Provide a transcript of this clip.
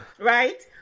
right